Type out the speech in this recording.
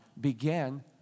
began